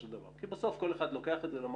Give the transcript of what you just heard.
אנחנו פועלים לחזק אותם,